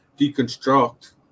deconstruct